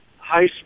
high